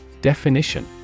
Definition